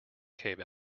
cave